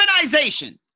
urbanization